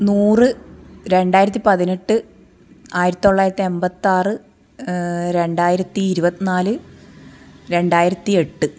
നൂറ് രണ്ടായിരത്തി പതിനെട്ട് ആയിരത്തി തൊള്ളായിരത്തി എൺപത്താറ് രണ്ടായിരത്തി ഇരുപത്തിനാല് രണ്ടായിരത്തി എട്ട്